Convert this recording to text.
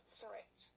threat